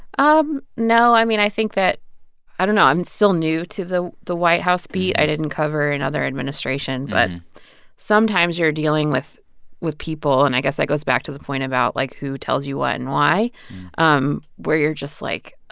um no. i mean, i think that i don't know. i'm still new to the the white house beat. i didn't cover another administration. but sometimes you're dealing with with people and i guess that goes back to the point about like who tells you what and why um where you're just like,